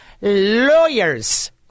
lawyers